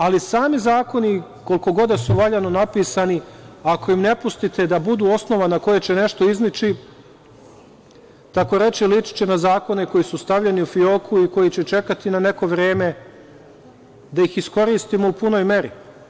Ali, sami zakoni, koliko god da su valjano napisani, ako im ne pustite da budu osnova na kojoj će nešto iznići, takoreći, ličiće na zakone koji su stavljeni u fioku i koji će čekati na neko vreme da ih iskoristimo u punoj meri.